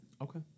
Okay